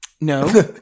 No